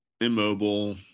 immobile